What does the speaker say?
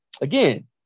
Again